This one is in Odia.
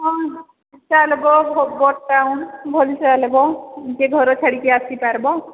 ହଁ ଟାଉନ ଭଲ ଚାଲବ ଯିଏ ଘର ଛାଡ଼ିକି ଆସିପାର୍ବ